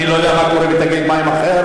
אני לא יודע מה קורה בתאגיד מים אחר.